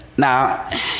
Now